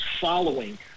following